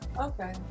okay